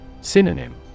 Synonym